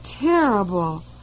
terrible